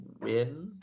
win